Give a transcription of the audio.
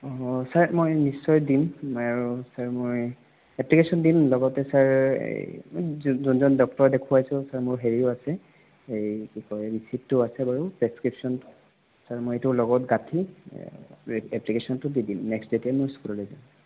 অঁ ছাৰ মই নিশ্চয় দিম আৰু ছাৰ মই এপ্লিকেশ্যন দিম লগতে ছাৰ যোনজন ডক্তৰ দেখুওৱাইছো ছাৰ মোৰ হেৰিও আছে এই কি কয় ৰিচিপ্টো আছে বাৰু প্ৰেচকিপচন ছাৰ মই এইটো লগত গাঁঠি এপ্লিকেশ্যনটো দি দিম নেক্সট যেতিয়া মই স্কুললৈ যাম